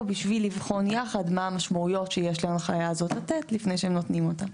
בשביל לבחון יחד מה המשמעויות שיש להנחיה הזאת לתת לפני שהם נותנים אותה.